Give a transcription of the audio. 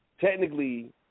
technically